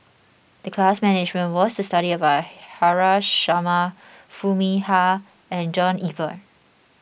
the class management was to study about Haresh Sharma Foo Mee Har and John Eber